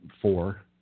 four